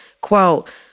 quote